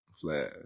Flash